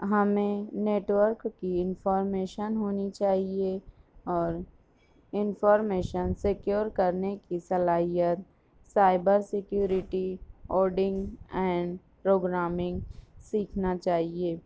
ہمیں نیٹورک کی انفارمیشن ہونی چاہیے اور انفارمیشن سکیور کرنے کی صلاحیت cyber security coding and programming سیکھنا چاہیے